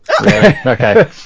okay